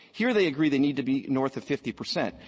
here, they agree they need to be north of fifty percent.